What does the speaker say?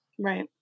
Right